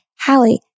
Hallie